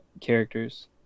characters